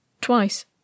twice